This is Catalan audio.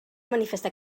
manifesta